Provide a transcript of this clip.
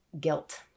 guilt